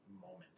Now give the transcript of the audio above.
moment